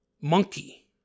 monkey